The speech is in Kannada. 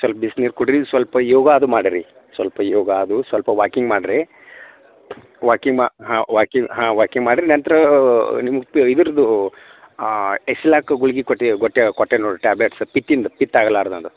ಸೊಲ್ಪ ಬಿಸಿ ನೀರು ಕುಡ್ರಿ ಸ್ವಲ್ಪ ಯೋಗ ಅದು ಮಾಡರಿ ಸ್ವಲ್ಪ ಯೋಗ ಅದು ಸ್ವಲ್ಪ ವಾಕಿಂಗ್ ಮಾಡ್ರಿ ವಾಕಿಂಗ್ ಮಾ ಹಾಂ ವಾಕಿಂಗ್ ಹಾಂ ವಾಕಿಂಗ್ ಮಾಡ್ರಿ ನಂತರ ನಿಮ್ಗೆ ಪ್ ಇದ್ರುದೂ ಎಸ್ಲ್ಯಾಕ್ ಗುಳ್ಗಿ ಕೊಟ್ವಿ ಕೊಟ್ಟೆ ಕೊಟ್ಟೆ ನೋಡಿ ಟ್ಯಾಬ್ಲೆಟ್ಸ್ ಪಿತ್ತಿಂದು ಪಿತ್ತ ಆಗಲಾರದಂಗ